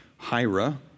Hira